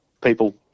people